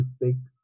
mistakes